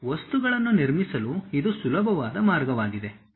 ವಸ್ತುಗಳನ್ನು ನಿರ್ಮಿಸಲು ಇದು ಸುಲಭವಾದ ಮಾರ್ಗವಾಗಿದೆ